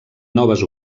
noves